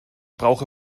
brauche